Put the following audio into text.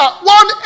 One